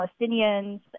Palestinians